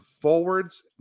forwards